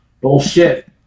Bullshit